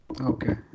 Okay